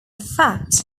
fact